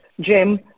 Jim